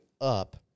up